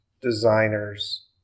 designers